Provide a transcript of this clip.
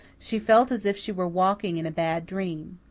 she felt as if she were walking in a bad dream.